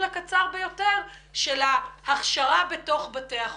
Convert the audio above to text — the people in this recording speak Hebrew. הקצר ביותר של ההכשרה בתוך בתי החולים.